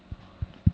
唉